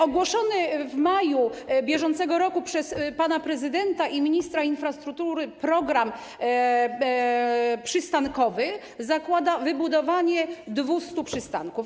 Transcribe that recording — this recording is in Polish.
Ogłoszony w maju br. przez pana prezydenta i ministra infrastruktury program przystankowy zakłada wybudowanie 200 przystanków.